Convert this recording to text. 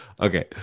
Okay